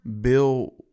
Bill